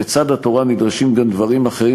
בצד התורה נדרשים גם דברים אחרים,